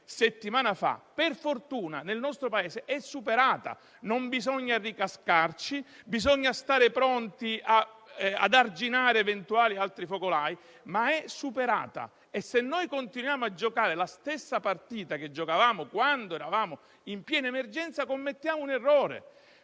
settimana fa, per fortuna, nel nostro Paese è superata. Non bisogna ricascarci, bisogna essere pronti ad arginare eventuali altri focolai, ma è superata e se continuiamo a giocare la stessa partita che giocavamo quando eravamo in piena emergenza, commettiamo un errore.